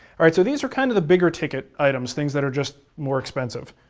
all right, so these are kind of the bigger ticket items, things that are just more expensive.